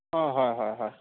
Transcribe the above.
অঁ হয় হয় হয়